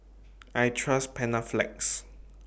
I Trust Panaflex